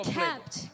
kept